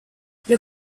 les